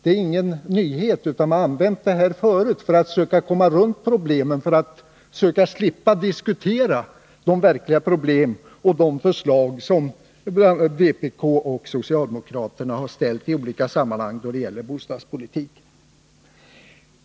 Det är ingen nyhet, utan något som man har använt förut för att söka komma förbi problemen och slippa att diskutera de verkliga bekymren och de förslag som bl.a. vpk och socialdemokraterna har ställt i olika sammanhang då det gäller bostadspolitiken.